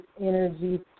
energy